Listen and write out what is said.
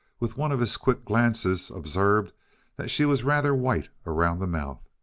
with one of his quick glances, observed that she was rather white around the mouth.